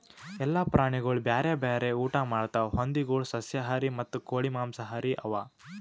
ಎಲ್ಲ ಪ್ರಾಣಿಗೊಳ್ ಬ್ಯಾರೆ ಬ್ಯಾರೆ ಊಟಾ ಮಾಡ್ತಾವ್ ಹಂದಿಗೊಳ್ ಸಸ್ಯಾಹಾರಿ ಮತ್ತ ಕೋಳಿ ಮಾಂಸಹಾರಿ ಅವಾ